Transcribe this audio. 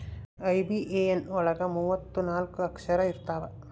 IBAN ಒಳಗ ಮೂವತ್ತು ನಾಲ್ಕ ಅಕ್ಷರ ಇರ್ತವಾ